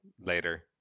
later